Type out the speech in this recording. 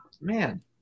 man